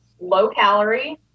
low-calorie